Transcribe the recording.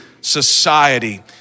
society